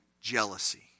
jealousy